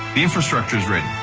the infrastructure is ready,